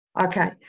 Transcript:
Okay